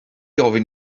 ofyn